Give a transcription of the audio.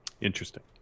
Interesting